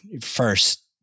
first